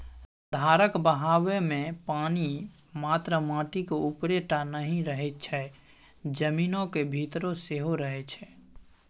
धारक बहावमे पानि मात्र माटिक उपरे टा नहि रहय छै जमीनक भीतर सेहो रहय छै